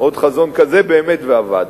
עוד חזון כזה, ובאמת אבדנו.